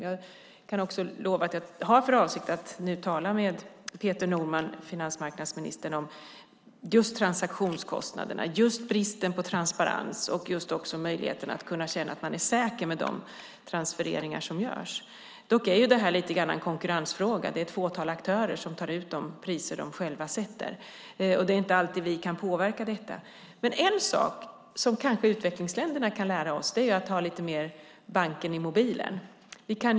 Jag kan också lova att jag ska tala med finansmarknadsminister Peter Norman om transaktionskostnaderna, bristen på transparens och möjligheten att känna sig säker med de transfereringar som görs. Det här är dock lite av en konkurrensfråga. Det är ett fåtal aktörer som tar ut de priser de själva sätter. Det är inte alltid vi kan påverka detta. En sak som utvecklingsländerna kanske kan lära oss är att ha banken i mobilen lite mer.